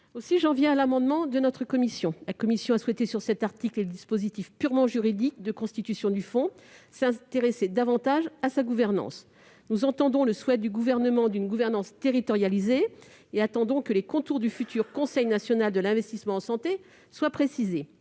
J'en viens à l'amendement déposé par notre commission, laquelle a souhaité, sur cet article au dispositif purement juridique de constitution du fonds, s'intéresser davantage à la gouvernance de celui-ci. Nous entendons le souhait du Gouvernement que cette gouvernance soit territorialisée et nous attendons que les contours du futur Conseil national de l'investissement en santé (CNIS) soient précisés.